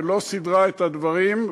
ולא סידרה את הדברים,